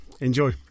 Enjoy